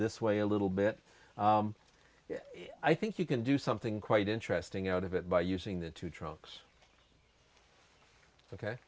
this way a little bit i think you can do something quite interesting out of it by using the two trunks